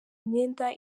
imyenda